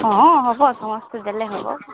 ହଁ ହେବ ସମସ୍ତେ ଦେଲେ ହେବ